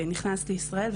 שנכנס לישראל,